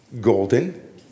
golden